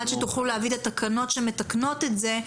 --- עד שתוכלו להביא את התקנות שמתקנות את זה.